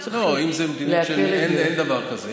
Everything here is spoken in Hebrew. לא, אין דבר כזה.